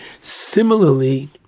Similarly